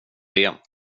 det